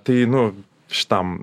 tai nu šitam